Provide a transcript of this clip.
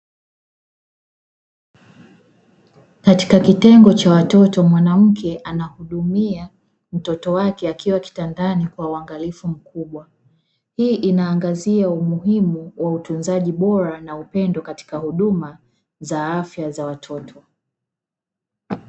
Katika kitengo cha watoto, mwanamke anamhudumia mtoto wake akiwa kitandani kwa uangalifu mkubwa, hii inaangazia umuhimu wa utunzaji bora na upendo katika huduma za afya za watoto.